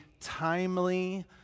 timely